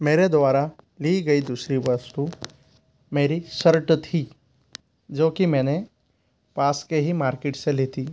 मेरे द्वारा ली गई दूसरी वस्तु मेरी शर्ट थी जो कि मैंने पास के ही मार्केट से ली थी